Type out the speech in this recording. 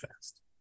fast